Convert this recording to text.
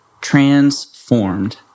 transformed